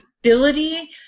ability